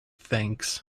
thanks